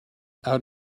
out